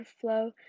flow